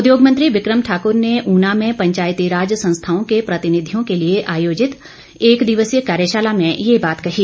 उद्योग मंत्री बिक्रम ठाक्र ने ऊना में पंचायतीराज संस्थाओं के प्रतिनिधियों के लिए आयोजित एक दिवसीय कार्यशाला में ये बात कही